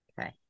Okay